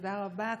תודה רבה.